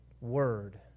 Word